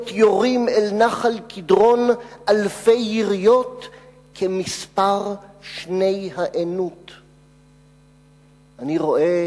עת יורים/ אל נחל קדרון אלפי יריות,/ כמספר שני הענוּת.// אני רואה